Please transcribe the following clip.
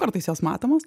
kartais jos matomos